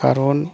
কারণ